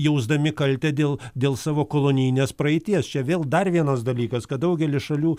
jausdami kaltę dėl dėl savo kolonijinės praeities čia vėl dar vienas dalykas kad daugelis šalių